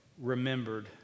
remembered